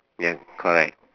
yes correct